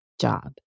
job